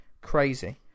Crazy